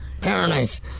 paradise